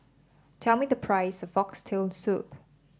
tell me the price of Oxtail Soup